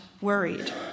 worried